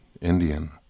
Indian